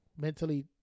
mentally